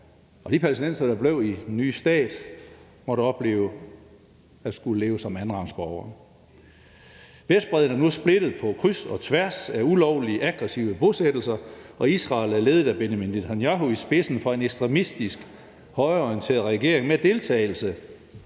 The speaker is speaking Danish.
og de palæstinensere, der blev i den nye stat, måtte opleve at skulle leve som andenrangsborgere. Vestbredden er nu splittet på kryds og tværs af ulovlige, aggressive bosættelser, og Israel er ledet af Benjamin Netanyahu i spidsen for en ekstremistisk, højreorienteret regering med deltagelse